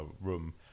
room